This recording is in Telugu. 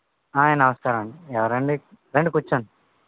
నమస్కారమండి ఎవరండీ రండి కూర్చోండి